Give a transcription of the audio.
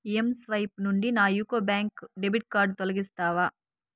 mSwipe నుండి నా UCO bank debit card తొలగిస్తావా